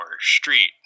street